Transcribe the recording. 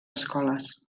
escoles